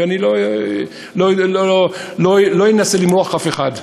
ואני לא אנסה למרוח אף אחד.